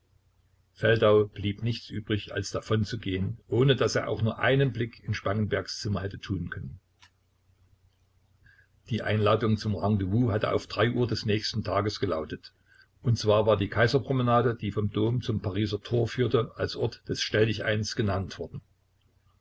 blieb nichts übrig als davonzugehen ohne daß er auch nur einen blick in spangenbergs zimmer hätte tun können die einladung zum rendezvous hatte auf drei uhr des nächsten tages gelautet und zwar war die kaiserpromenade die vom dom zum pariser tor führte als ort des stelldicheins genannt worden